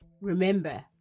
Remember